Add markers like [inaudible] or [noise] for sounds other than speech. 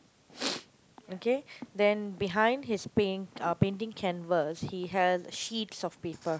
[noise] okay then behind his paint uh painting canvas he has sheets of paper